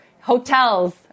hotels